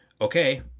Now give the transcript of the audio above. okay